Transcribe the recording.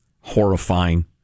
Horrifying